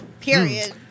Period